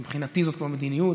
מבחינתי, זו כבר מדיניות.